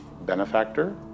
benefactor